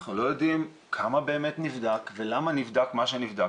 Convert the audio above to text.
אנחנו לא יודעים כמה באמת נבדק ולמה נבדק ולמה נבדק מה שנבדק.